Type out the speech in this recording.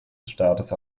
staates